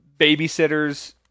babysitters